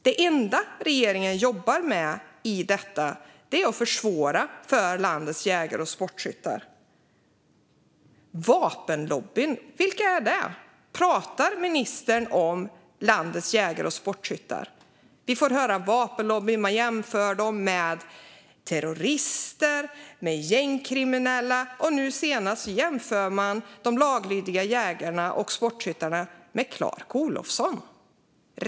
Det enda regeringen jobbar med när det gäller detta är att försvåra för landets jägare och sportskyttar. Vapenlobbyn, vilka är det? Pratar ministern om landets laglydiga jägare och sportskyttar? Man jämför dem med terrorister, med gängkriminella och nu senast med Clark Olofsson.